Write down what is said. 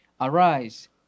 Arise